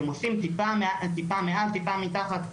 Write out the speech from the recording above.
הם עושים טיפה מעל, טיפה מתחת.